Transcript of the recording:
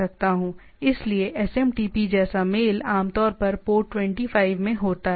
इसलिए SMTP जैसा mail आमतौर पर पोर्ट 25 में होता है